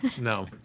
No